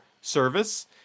service